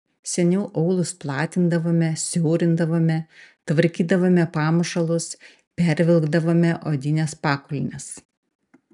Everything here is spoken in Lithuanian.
seniau aulus platindavome siaurindavome tvarkydavome pamušalus pervilkdavome odines pakulnes